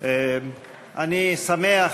אני שמח